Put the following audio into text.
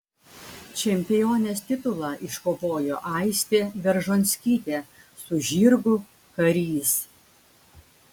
čempionės titulą iškovojo aistė beržonskytė su žirgu karys